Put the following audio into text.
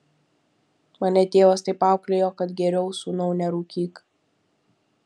mane tėvas taip auklėjo kad geriau sūnau nerūkyk